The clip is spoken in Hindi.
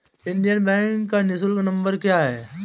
इंडियन बैंक का निःशुल्क नंबर क्या है?